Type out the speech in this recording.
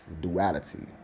duality